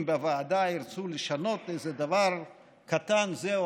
אם בוועדה ירצו לשנות איזה דבר קטן זה או